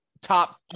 top